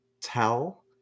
tell